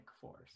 force